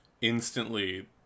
instantly